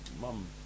Mum